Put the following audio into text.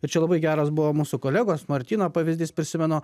ir čia labai geras buvo mūsų kolegos martyno pavyzdys prisimenu